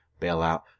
bailout